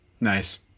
Nice